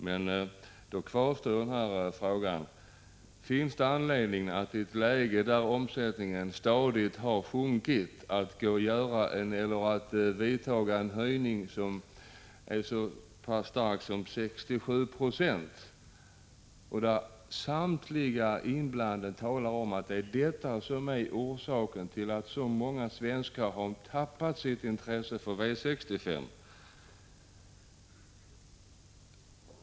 Men då kvarstår frågan: Finns det anledning, i ett läge då omsättningen stadigt har sjunkit, att vidta en så kraftig höjning som 67 96, när samtliga inblandade talar om att det är detta som är orsaken till att så många svenskar har tappat sitt intresse för V 65?